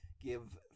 give